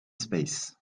space